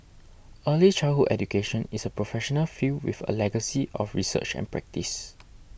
early childhood education is a professional field with a legacy of research and practice